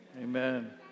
Amen